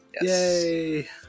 Yay